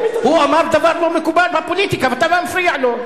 הוא אמר דבר לא מקובל בפוליטיקה, ואתה מפריע לו.